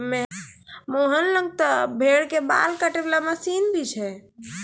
मोहन लॅ त भेड़ के बाल काटै वाला मशीन भी छै